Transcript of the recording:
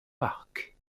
park